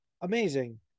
amazing